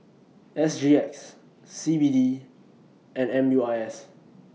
S G X C B D and M U I S